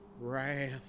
Wrath